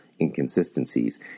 inconsistencies